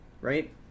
right